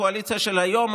הקואליציה של היום,